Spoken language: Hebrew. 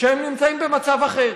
שנמצאים במצב אחר.